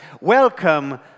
Welcome